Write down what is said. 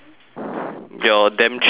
your damn chill hits